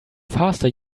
faster